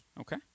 okay